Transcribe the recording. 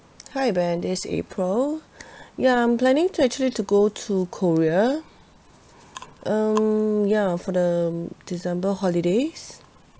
hi ben this april ya I'm planning to actually to go to korea um ya for the december holidays